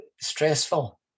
stressful